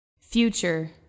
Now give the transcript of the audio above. future